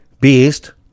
Beast